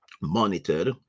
monitored